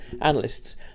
analysts